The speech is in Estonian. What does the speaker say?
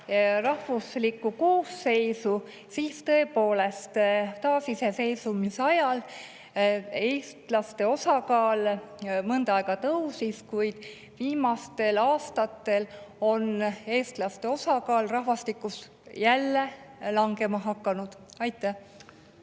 rahvuslikku koosseisu, siis tõepoolest, taasiseseisvumisajal eestlaste osakaal mõnda aega tõusis, kuid viimastel aastatel on eestlaste osakaal rahvastikus jälle langema hakanud. Mart